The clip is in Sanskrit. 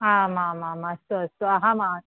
आमामाम् अस्तु अस्तु अहम्